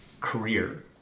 career